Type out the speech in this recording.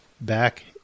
back